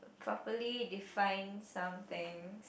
properly define somethings